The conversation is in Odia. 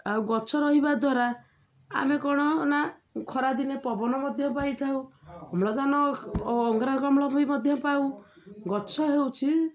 ଆଉ ଗଛ ରହିବା ଦ୍ୱାରା ଆମେ କ'ଣ ନା ଖରାଦିନେ ପବନ ମଧ୍ୟ ପାଇଥାଉ ଅମ୍ଳଜାନ ଅଙ୍ଗରକାମ୍ଳ ବି ମଧ୍ୟ ପାଉ ଗଛ ହେଉଛି